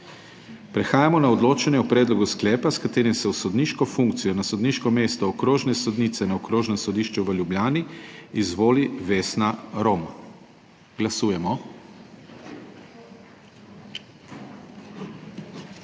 Prehajamo na odločanje o predlogu sklepa, s katerim se v sodniško funkcijo na sodniško mesto okrajnega sodnika na Okrajnem sodišču v Mariboru izvoli Tomaž Bauman. Glasujemo.